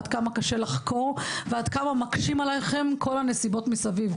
עד כמה קשה לחקור ועד כמה מקשים עליכם עם כל הנסיבות מסביב,